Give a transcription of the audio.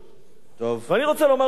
ואני רוצה לומר משפט אחד לך,